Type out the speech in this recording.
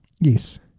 Yes